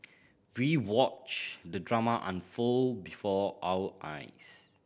we watched the drama unfold before our eyes